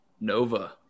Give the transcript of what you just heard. Nova